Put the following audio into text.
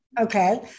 Okay